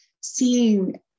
seeing